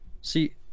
see